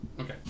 Okay